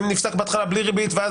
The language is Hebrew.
אם נפסק בהתחלה בלי ריבית אז